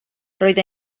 roedd